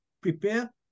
prepare